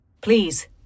please